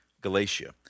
Galatia